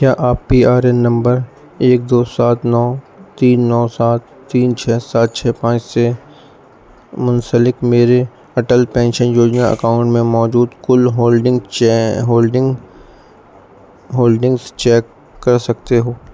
کیا آپ P R N number ایک دو سات نو تین نو سات تین چھ سات چھ پانچ سے منسلک میرے اٹل پنشن یوجنا اکاؤنٹ میں موجود کل ہولڈنگ ہولڈنگ ہولڈنگز چیک کر سکتے ہو